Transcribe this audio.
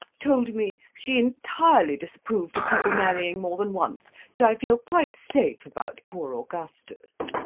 told me she entirely disapproved of people marrying more than once, so i feel quite safe about poor augustus.